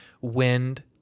wind